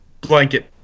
blanket